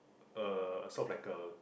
a sort of like a